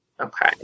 Okay